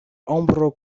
ombro